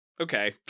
okay